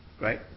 right